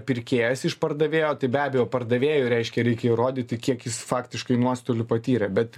pirkėjas iš pardavėjo tai be abejo pardavėjų reiškia reikia įrodyti kiek jis faktiškai nuostolių patyrė bet